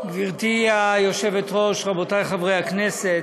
גברתי היושבת-ראש, רבותי חברי הכנסת,